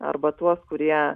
arba tuos kurie